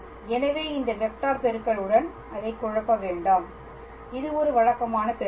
எனவே இந்த வெக்டார் பெருக்கல் உடன் அதைக் குழப்ப வேண்டாம் இது ஒரு வழக்கமான பெருக்கல்